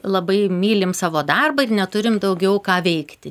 labai mylim savo darbą ir neturim daugiau ką veikti